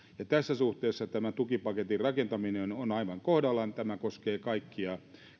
tässä suhteessa tämä tukipaketin rakentaminen on aivan kohdallaan ja tämä koskee kaikkia